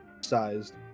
sized